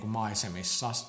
maisemissa